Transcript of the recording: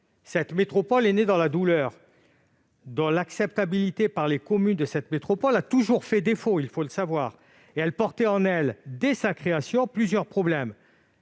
Cette métropole est née dans la douleur ; son acceptabilité par les communes a toujours fait défaut, il faut le savoir ! Elle portait en elle dès sa création plusieurs problèmes